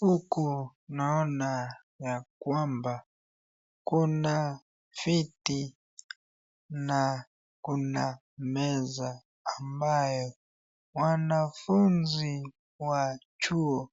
Huku naona ya kwamba kuna viti na kuna meza ambayo wanafunzi wa chuo